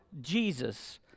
Jesus